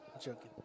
Joking